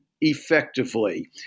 effectively